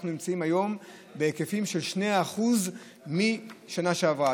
אנחנו נמצאים היום בהיקפים של 2% משנה שעברה,